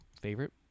favorite